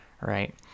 right